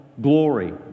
glory